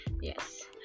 Yes